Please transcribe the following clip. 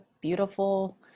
beautiful